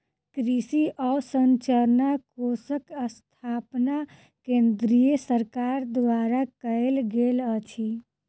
कृषि अवसंरचना कोषक स्थापना केंद्रीय सरकार द्वारा कयल गेल अछि